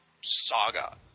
saga